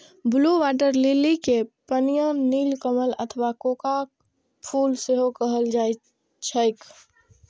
blue water lily कें पनिया नीलकमल अथवा कोका फूल सेहो कहल जाइ छैक